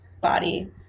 body